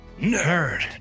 nerd